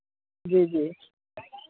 जी जी